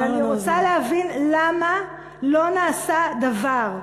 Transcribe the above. ואני רוצה להבין למה לא נעשה דבר.